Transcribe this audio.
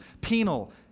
Penal